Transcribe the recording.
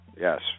Yes